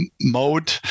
mode